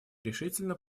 решительно